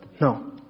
no